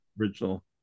original